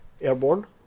airborne